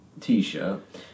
T-shirt